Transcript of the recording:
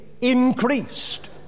increased